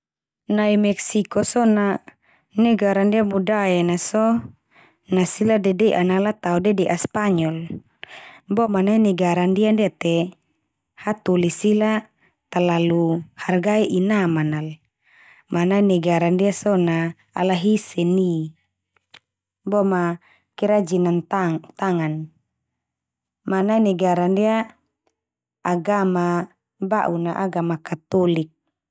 Nai Meksiko so na negara ndia budaya na so, na sila dede'an na ala tao dede'a Spanyol Bo ma nai negara ndia-ndia te hatoli sila talalu hargai inaman nal, ma nai negara ndia so na ala hi seni, boma kerajinan tang tangan. Ma nai negara ndia agama ba'un na agama Katolik.